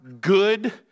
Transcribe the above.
good